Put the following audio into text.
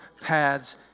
paths